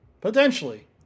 potentially